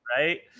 right